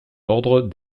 ordre